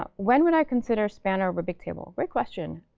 ah when would i consider spanner over bigtable? great question.